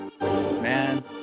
Man